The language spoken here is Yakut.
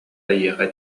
эйиэхэ